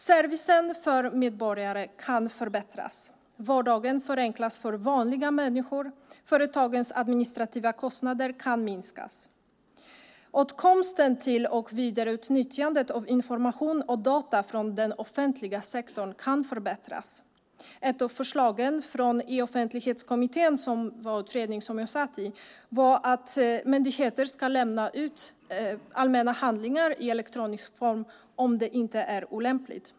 Servicen för medborgare kan förbättras och vardagen förenklas för vanliga människor. Företagens administrativa kostnader kan minskas. Åtkomsten till och vidareutnyttjandet av information och data från den offentliga sektorn kan förbättras. Ett av förslagen från E-offentlighetskommittén, som var en utredning som jag satt i, var att myndigheterna ska lämna ut allmänna handlingar i elektronisk form om det inte är olämpligt.